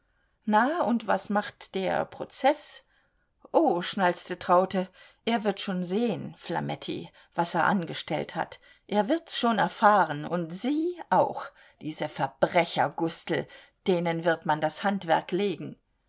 na und was macht der prozeß oh schnalzte traute er wird schon sehen flametti was er angestellt hat er wird's schon erfahren und sie auch diese verbrechergustel denen wird man das handwerk legen